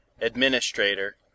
Administrator